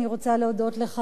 אני רוצה להודות לך,